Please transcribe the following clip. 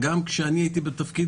גם כשאני הייתי בתפקיד,